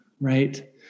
right